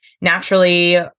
naturally